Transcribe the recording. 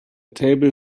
table